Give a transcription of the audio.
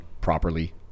properly